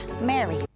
Mary